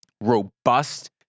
robust